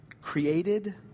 created